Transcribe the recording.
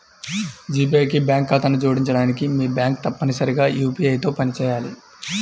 G Pay కి bank ఖాతాను జోడించడానికి, మీ బ్యాంక్ తప్పనిసరిగా యూ.పీ.ఐ తో పనిచేయాలి